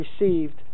received